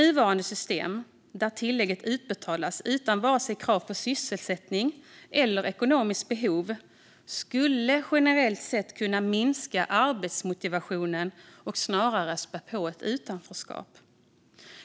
Nuvarande system, där tillägget utbetalas utan krav på vare sig sysselsättning eller ekonomiskt behov, skulle generellt sett kunna minska arbetsmotivationen och snarare spä på ett utanförskap.